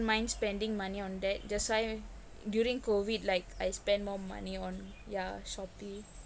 mind spending money on that that's why during COVID like I spend more money on yeah shopee